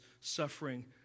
suffering